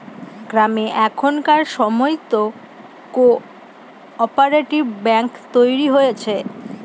গ্রামে এখনকার সময়তো কো অপারেটিভ ব্যাঙ্ক তৈরী হয়েছে